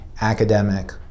academic